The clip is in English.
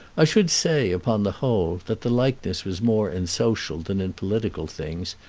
i should say, upon the whole, that the likeness was more in social than in political things,